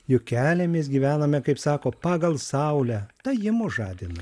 juk keliamės gyvename kaip sako pagal saulę tai ji mus žadina